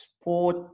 sport